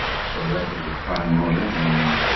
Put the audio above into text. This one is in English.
so that was a prime motive in